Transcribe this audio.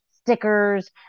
stickers